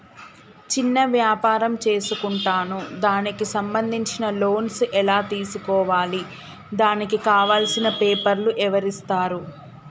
చిన్న వ్యాపారం చేసుకుంటాను దానికి సంబంధించిన లోన్స్ ఎలా తెలుసుకోవాలి దానికి కావాల్సిన పేపర్లు ఎవరిస్తారు?